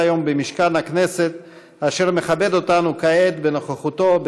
היום במשכן הכנסת אשר מכבד אותנו כעת בנוכחותו,